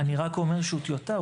אני רק אומר שהוא טיוטה,